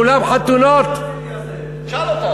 באולם חתונות, תשאל את ראש עיריית הרצלייה.